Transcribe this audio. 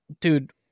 dude